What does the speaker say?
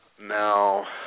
Now